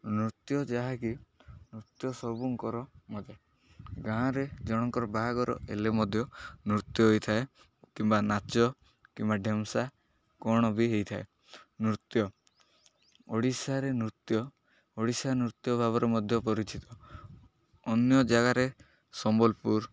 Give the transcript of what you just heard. ନୃତ୍ୟ ଯାହାକି ନୃତ୍ୟ ସବୁଙ୍କର ଗାଁରେ ଜଣଙ୍କର ବାହାଘର ହେଲେ ମଧ୍ୟ ନୃତ୍ୟ ହେଇଥାଏ କିମ୍ବା ନାଚ କିମ୍ବା ଢେମସା କ'ଣ ବି ହେଇଥାଏ ନୃତ୍ୟ ଓଡ଼ିଶାରେ ନୃତ୍ୟ ଓଡ଼ିଶା ନୃତ୍ୟ ଭାବରେ ମଧ୍ୟ ପରିଚିତ ଅନ୍ୟ ଜାଗାରେ ସମ୍ବଲପୁର